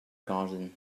garden